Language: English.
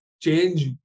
change